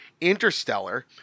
Interstellar